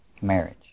marriage